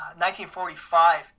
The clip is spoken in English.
1945